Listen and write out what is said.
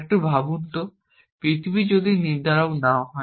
একটু ভাবুন তো পৃথিবী যদি নির্ধারক না হয়